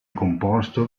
composto